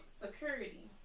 security